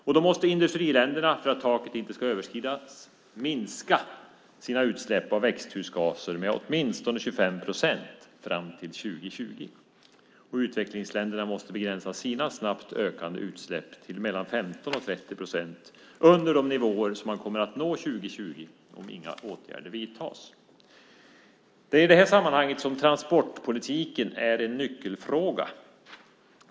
För att taket inte ska överskridas måste industriländerna minska sina utsläpp av växthusgaser med åtminstone 25 procent fram till 2020. Utvecklingsländerna måste begränsa sina snabbt ökande utsläpp till mellan 15 och 30 procent under de nivåer som man kommer att nå 2020 om inga åtgärder vidtas. Det är i det här sammanhanget som transportpolitiken är en nyckelfråga.